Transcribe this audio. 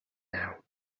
now